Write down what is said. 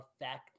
affect